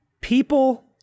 people